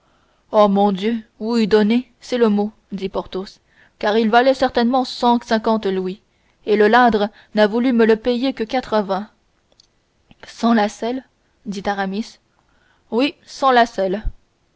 oh mon dieu oui donné c'est le mot dit porthos car il valait certainement cent cinquante louis et le ladre n'a voulu me le payer que quatre-vingts sans la selle dit aramis oui sans la selle